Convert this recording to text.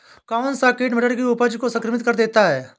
कौन सा कीट मटर की उपज को संक्रमित कर देता है?